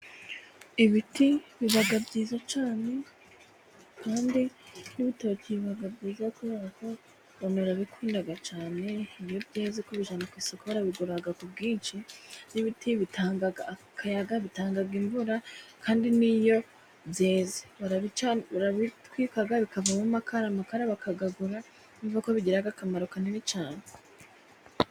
Ibiti biba byiza cyane, kandi ni ibitoki biba byiza kubera ko banarabikunda cyane. Iyo byeze kubijyana ku isoko barabigura ku bwinshi. N'ibiti bitanga akayaga, bitanga imvura, kandi n'iyo byeze barabica, barabitwika bikavamo amakara. Amakara bakayagura, urumva ko bigira akamaro kanini cyane.